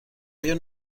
آیا